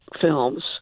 films